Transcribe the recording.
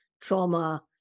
trauma